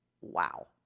Wow